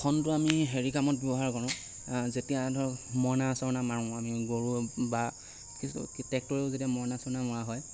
ওখনোটো আমি হেৰি কামত ব্যৱহাৰ কৰোঁ যেতিয়া ধৰক মৰণা চৰণা মাৰোঁ আমি বা ট্ৰেক্টৰেও কেতিয়াবা মৰণা চৰণা মৰা হয়